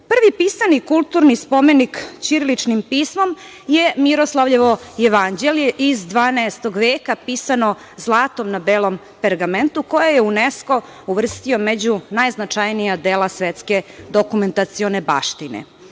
itd. Prvi pisani kulturni spomenik ćiriličnim pismom je Miroslavljevo jevanđelje iz 12. veka pisano zlatom na belom pergamentu koje je UNESKO uvrstio među najznačajnija dela svetske dokumentacione baštine.